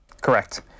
Correct